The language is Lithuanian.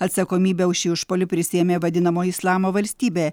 atsakomybę už šį išpuolį prisiėmė vadinamoji islamo valstybė